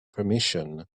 permission